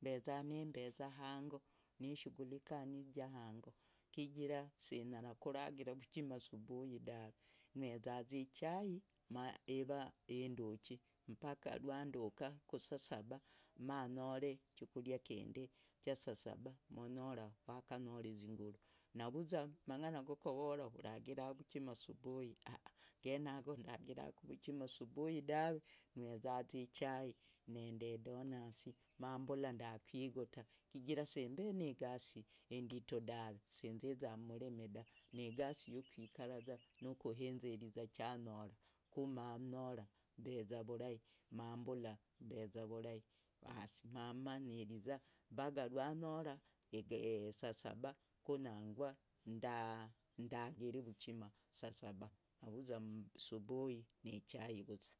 mbeza lango nimbeza hango nishughulika nivyahango chigira sinyarakuragi subuhi dah nywezaza ichai ivainduchi rwanduka kusavaba manyore i hukuria kundi cha sasaba manyora wakanyora izinguru manyora, navuza mang'ana govora uragira subuhi ah ah genago dajiraku vuchima subuhi dave nywezaza ichai nende edonasi mambulaza ndakwiguta chigira sembenigasi inditu dave sinziza mmurimi danigasi yukwikaraza nokohenzeriza chanyora kumanyora mbezavurahi mambula mbezavurahi mamanyeriza mpaka rwanyora ni saa saba kunangwa ndagiri vuchima, saa saba navuza subuhi nichai vuza.